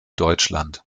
deutschland